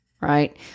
Right